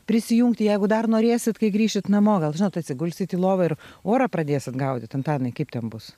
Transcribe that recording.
prisijungti jeigu dar norėsit kai grįšit namo gal žinot atsigulsit į lovą ir orą pradėsit gaudyt antanai kaip ten bus